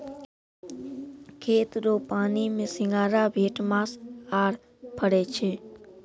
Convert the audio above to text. खेत रो पानी मे सिंघारा, भेटमास आरु फरै छै